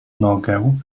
nogę